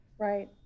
Right